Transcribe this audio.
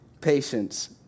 patience